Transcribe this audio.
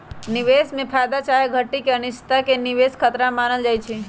निवेश में फयदा चाहे घटि के अनिश्चितता के निवेश खतरा मानल जाइ छइ